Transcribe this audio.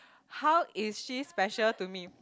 how is she special to me